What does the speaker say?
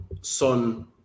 Son